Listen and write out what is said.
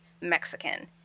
Mexican